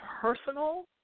personal